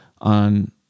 on